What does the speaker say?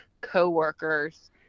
coworkers